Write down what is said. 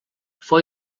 fou